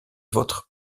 vostre